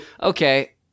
Okay